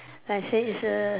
like I said is a